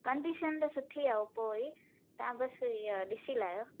condition त सुठी आहे ओपो जी तव्हां बसि इअ ॾिसी लाहियो